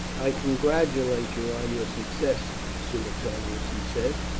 i congratulate you on your success, suetonius, he said.